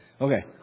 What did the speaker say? Okay